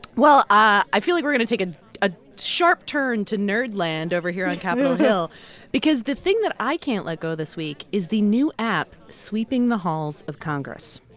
well, i feel like we're going to take a ah sharp turn to nerd land over here on capitol hill because the thing that i can't let go this week is the new app sweeping the halls of congress,